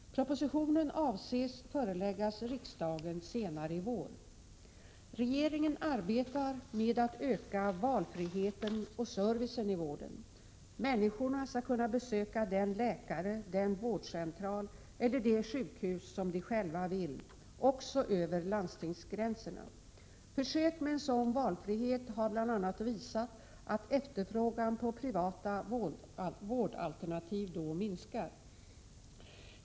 Propositionen avses föreläggas riksdagen senare under våren. Regeringen arbetar med att öka valfriheten och servicen i vården. Människorna skall kunna besöka den läkare, den vårdcentral eller det sjukhus de själva vill, också över landstingsgränserna. Försök med en sådan valfrihet har bl.a. visat att efterfrågan på privata vårdalternativ då minskar.